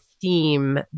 theme